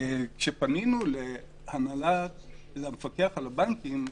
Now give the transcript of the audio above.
כשפנינו למפקח על הבנקים,